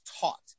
taught